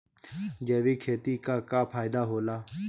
जैविक खेती क का फायदा होला?